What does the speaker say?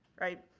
right.